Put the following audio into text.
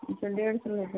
अच्छा डेढ़ सौ लेते हैं क्या